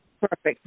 Perfect